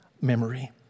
memory